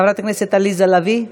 חברת הכנסת עליזה לביא,